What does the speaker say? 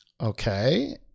Okay